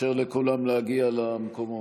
נאפשר לכולם להגיע למקומות.